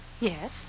Yes